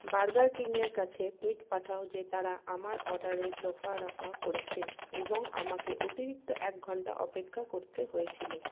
burger King এর কাছে tweet পাঠাও যে তারা আমার অর্ডারের দফা রফা করেছে এবং আমাকে অতিরিক্ত এক ঘন্টা অপেক্ষা করতে হয়েছিলো